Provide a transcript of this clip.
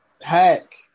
Hack